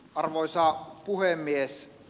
arvoisa puhemies